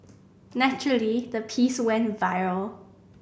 naturally the piece went viral